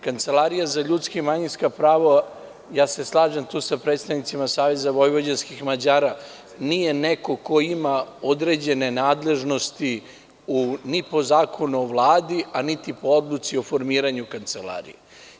Kancelarija za ljudska i manjinska prava, slažem se tu sa predstavnicima SVM, nije neko ko ima određene nadležnosti ni po Zakonu o Vladi, a niti po odluci o formiranju Kancelarije.